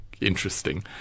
interesting